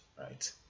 right